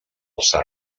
tsar